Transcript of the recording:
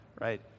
right